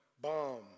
bomb